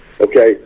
Okay